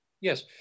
Yes